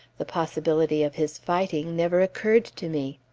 the possibility of his fighting never occurred to me.